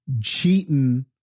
cheating